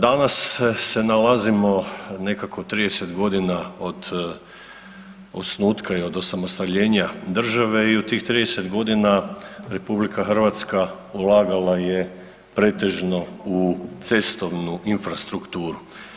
Danas se nalazimo nekako 30 godina od osnutka i od osamostaljenja države i u tih 30 godina RH ulagala je pretežno u cestovnu infrastrukturu.